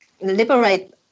liberate